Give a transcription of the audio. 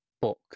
book